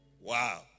Wow